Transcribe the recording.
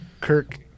Kirk